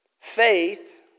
Faith